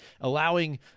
allowing